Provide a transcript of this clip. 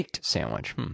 sandwich